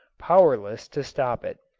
powerless to stop it.